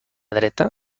dreta